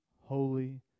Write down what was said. holy